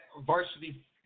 Varsity